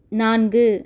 நான்கு